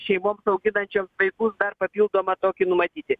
šeimoms auginančioms vaikus dar papildomą tokį numatyti